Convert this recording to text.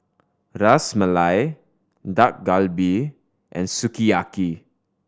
Ras Malai Dak Galbi and Sukiyaki